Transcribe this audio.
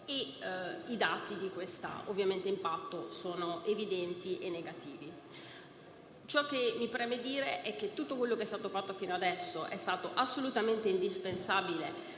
I dati di questo impatto sono evidenti e negativi. Ciò che mi preme dire è che tutto quello che è stato fatto fino adesso è stato assolutamente indispensabile